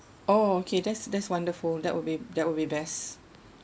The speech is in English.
oh okay that's that's wonderful that would be that would be best